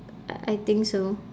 I think so